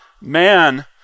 man